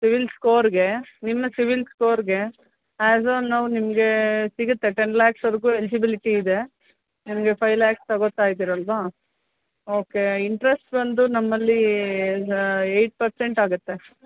civil ಸ್ಕೋರ್ಗೆ ನಿಮ್ಮ CIBIL ಸ್ಕೋರ್ಗೆ ಆ್ಯಸ್ ಆನ್ ನೌ ನಿಮಗೆ ಸಿಗುತ್ತೆ ಟೆನ್ ಲ್ಯಾಕ್ಸ್ವರೆಗೂ ಎಲ್ಜಿಬಿಲಿಟಿ ಇದೆ ನಿಮಗೆ ಫೈ ಲ್ಯಾಕ್ಸ್ ತಗೊತಾಯಿದ್ದೀರಲ್ವಾ ಓಕೆ ಇಂಟ್ರೆಸ್ಟ್ ಬಂದು ನಮ್ಮಲ್ಲಿ ಏಯ್ಟ್ ಪರ್ಸೆಂಟ್ ಆಗುತ್ತೆ